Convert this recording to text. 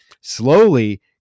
slowly